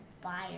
fire